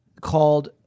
called